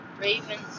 Ravens